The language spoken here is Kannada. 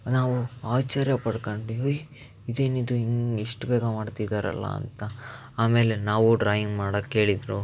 ನಾವು ಆಶ್ಚರ್ಯ ಪಡ್ಕಂಡು ಅಯ್ ಇದೇನಿದು ಹಿಂಗೆ ಇಷ್ಟು ಬೇಗ ಮಾಡ್ತಿದ್ದಾರಲ್ಲ ಅಂತ ಆಮೇಲೆ ನಾವೂ ಡ್ರಾಯಿಂಗ್ ಮಾಡಕ್ಕೆ ಹೇಳಿದ್ರು